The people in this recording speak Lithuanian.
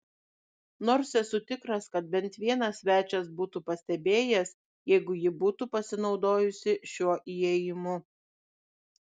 nors esu tikras kad bent vienas svečias būtų pastebėjęs jeigu ji būtų pasinaudojusi šiuo įėjimu